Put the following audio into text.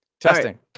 Testing